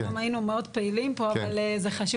אמנם היינו מאוד פעילים פה אבל זה חשוב